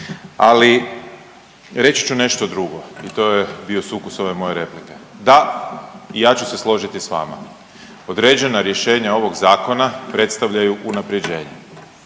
Ali reći ću nešto drugo i to je bio sukus ove moje replike. Da, i ja ću se složiti s vama. Određena rješenja ovog zakona predstavljaju unapređenje